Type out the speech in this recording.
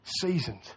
Seasoned